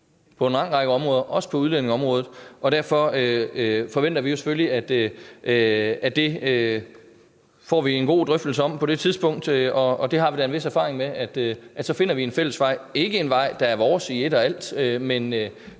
på en lang række områder, også på udlændingeområdet. Derfor forventer vi selvfølgelig, at vi får en god drøftelse om det på det tidspunkt, og vi har da en vis erfaring med, at så finder vi en fælles vej – ikke en vej, der er vores i et og alt,